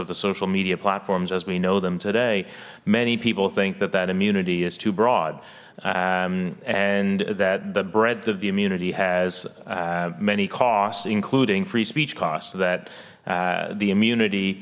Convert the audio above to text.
of the social media platforms as we know them today many people think that that immunity is too broad and that the breadth of the immunity has many costs including free speech costs that the immunity